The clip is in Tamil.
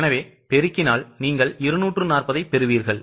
எனவே பெருக்கினால் நீங்கள்240 ஐப்பெறுவீர்கள்